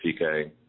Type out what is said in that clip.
PK